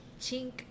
chink